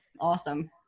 Awesome